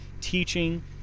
teaching